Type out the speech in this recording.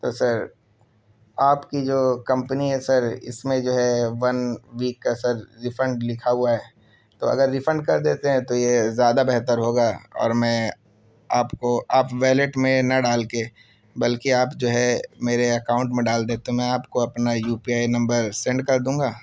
تو سر آپ کی جو کمپنی ہے سر اس میں جو ہے ون ویک کا سر ریفنڈ لکھا ہوا ہے تو اگر ریفنڈ کر دیتے ہیں تو یہ زیادہ بہتر ہوگا اور میں آپ کو آپ ولیٹ میں نہ ڈال کے بلکہ آپ جو ہے میرے اکاؤنٹ میں ڈال دیں تو میں آپ کو اپنا U P I number send کر دوں گا